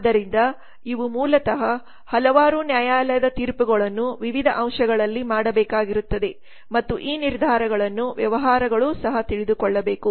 ಆದ್ದರಿಂದ ಇವು ಮೂಲತಃ ಹಲವಾರು ನ್ಯಾಯಾಲಯದ ತೀರ್ಪುಗಳನ್ನು ವಿವಿಧ ಅಂಶಗಳಲ್ಲಿ ಮಾಡಬೇಕಾಗಿರುತ್ತದೆ ಮತ್ತು ಈ ನಿರ್ಧಾರಗಳನ್ನು ವ್ಯವಹಾರಗಳು ಸಹ ತಿಳಿದುಕೊಳ್ಳಬೇಕು